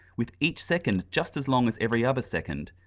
with each second just as long as every other second,